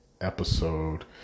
episode